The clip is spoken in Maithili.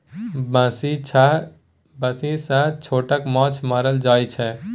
बंसी सँ छोटका माछ मारल जाइ छै